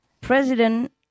President